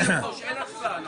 המשכנתאות, ריבית.